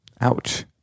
Ouch